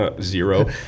Zero